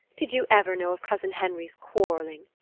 did you ever know of cousin henry's quarrelling?